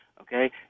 okay